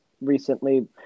recently